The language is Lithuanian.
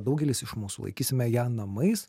daugelis iš mūsų laikysime ją namais